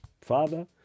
father